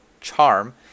Charm